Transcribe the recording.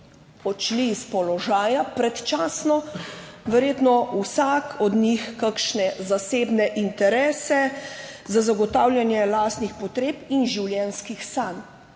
odšli s položaja predčasno, verjetno vsak od njih kakšne zasebne interese za zagotavljanje lastnih potreb in življenjskih sanj,